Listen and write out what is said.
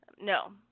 No